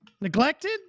Neglected